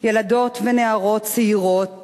ילדות ונערות צעירות